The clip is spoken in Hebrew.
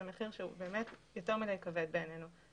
זה מחיר שהוא יותר מדי כבד בעינינו.